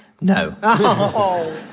No